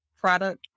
product